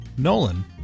Nolan